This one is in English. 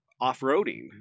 off-roading